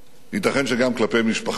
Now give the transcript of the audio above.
ייתכן שגם כלפי משפחתו,